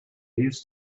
used